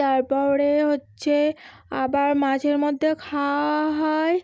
তারপরে হচ্ছে আবার মাঝেমধ্যে খাওয়া হয়